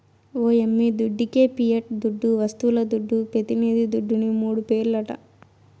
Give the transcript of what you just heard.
ఓ యమ్మీ దుడ్డికే పియట్ దుడ్డు, వస్తువుల దుడ్డు, పెతినిది దుడ్డుని మూడు పేర్లట